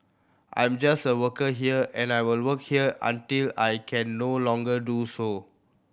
I'm just a worker here and I will work here until I can no longer do so